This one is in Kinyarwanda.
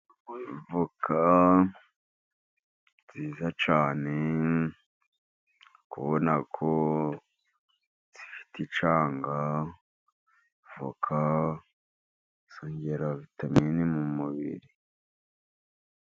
Voka nziza cyane, uri kubona ko zifite icyanga. Voka zongera vitamini mu mubiri.